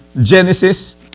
Genesis